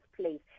place